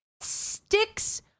sticks